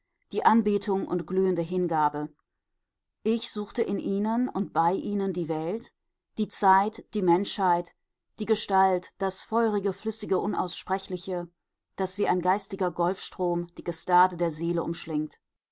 die anbetung und glühende hingabe ich suchte in ihnen und bei ihnen die welt die zeit die menschheit die gestalt das feurige flüssige unaussprechliche das wie ein geistiger golfstrom die gestade der seele umschlingt